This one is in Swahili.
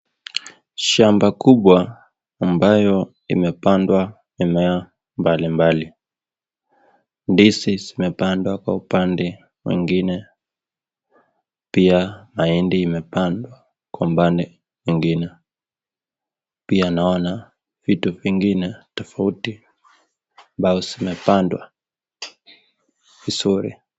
Shamba kubwa ambayo imepandwa mimea mbali mbali ndizi zimepandwa kwa upande mwingine pia maindi imepandwa kwa upande mwingine pia naona vitu vingine tofauti ambayo zimepandwa vizuri.